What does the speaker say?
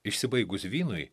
išsibaigus vynui